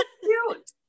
cute